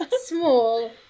small